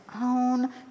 own